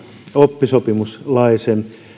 oppisopimuslaisen